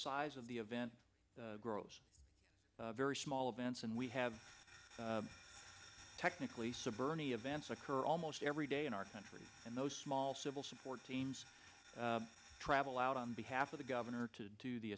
size of the event grows very small events and we have technically suburban events occur almost every day in our country and those small civil support teams travel out on behalf of the governor to do the